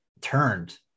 turned